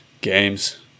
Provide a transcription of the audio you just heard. games